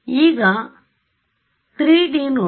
ಈಗ 3D ನೋಡುವ